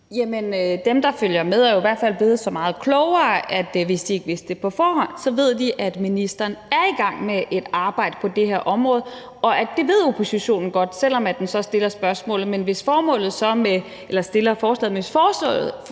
dem, der følger med, er i hvert fald blevet så meget klogere, at de nu ved – hvis de ikke vidste det på forhånd – at ministeren er i gang med at arbejde på det her område, og at det ved oppositionen godt, selv om den så fremsætter forslaget. Men hvis formålet med at fremsætte forslaget så er at